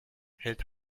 hält